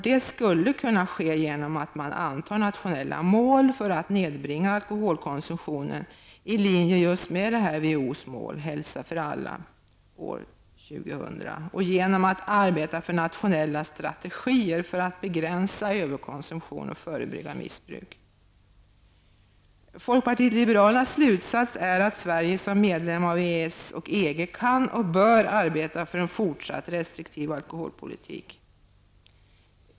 Det skulle kunna ske genom att man antar nationella mål för att nedbringa alkoholkonsumtionen i linje med WHOs mål ''Hälsa för alla år 2000'', och genom att arbeta för nationella strategier för att begränsa överkonsumtion och förebygga missbruk. Folkpartiet liberalernas slutsats är att Sverige som medlem av EES och EG kan och bör arbeta för en fortsatt restriktiv alkoholpolitik.